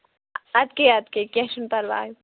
اَدٕ کے اَدٕ کے کیٚنٛہہ چھُنہٕ پَرواے